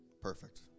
perfect